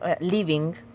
living